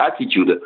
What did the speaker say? attitude